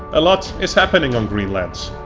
a lot is happening on greenland!